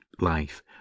life